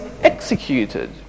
executed